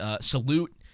salute